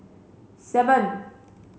seven